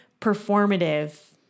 performative